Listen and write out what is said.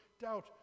doubt